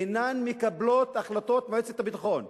אינן מקבלות את החלטות מועצת הביטחון,